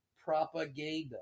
Propaganda